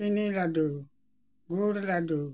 ᱪᱤᱱᱤ ᱞᱟᱹᱰᱩ ᱜᱩᱲ ᱞᱟᱹᱰᱩ